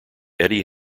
eddie